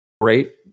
great